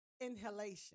inhalation